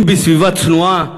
אם בסביבה צנועה,